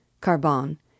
Carbon